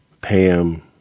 Pam